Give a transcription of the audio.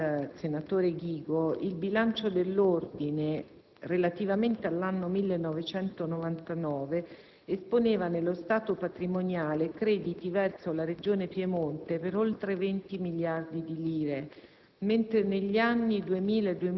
Come è specificato dal senatore Ghigo, il bilancio dell'Ordine, relativamente all'anno 1999, esponeva nello stato patrimoniale crediti verso la regione Piemonte per oltre 20 miliardi di lire,